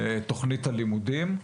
לתוכנית הלימודים,